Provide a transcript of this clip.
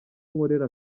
nkorera